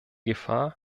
gefahr